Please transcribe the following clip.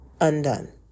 undone